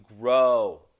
grow